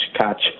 catch